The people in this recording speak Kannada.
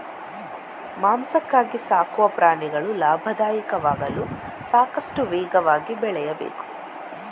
ಮಾಂಸಕ್ಕಾಗಿ ಸಾಕುವ ಪ್ರಾಣಿಗಳು ಲಾಭದಾಯಕವಾಗಲು ಸಾಕಷ್ಟು ವೇಗವಾಗಿ ಬೆಳೆಯಬೇಕು